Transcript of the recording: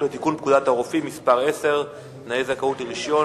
לתיקון פקודת הרופאים (מס' 10) (תנאי זכאות לרשיון),